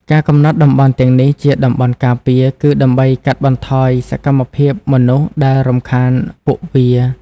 ការកំណត់តំបន់ទាំងនេះជាតំបន់ការពារ គឺដើម្បីកាត់បន្ថយសកម្មភាពមនុស្សដែលរំខានដល់ពួកវា។